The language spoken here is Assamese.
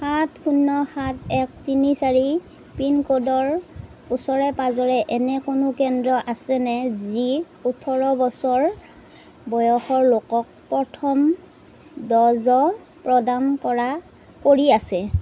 সাত শূন্য সাত এক তিনি চাৰি পিনক'ডৰ ওচৰে পাঁজৰে এনে কোনো কেন্দ্ৰ আছেনে যি ওঁঠৰ বছৰ বয়সৰ লোকক প্ৰথম ড'জ প্ৰদান কৰা কৰি আছে